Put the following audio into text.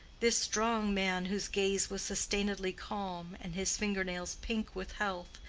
this strong man whose gaze was sustainedly calm and his finger-nails pink with health,